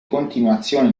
continuazione